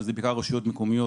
שזה בעיקר רשויות מקומיות